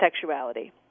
sexuality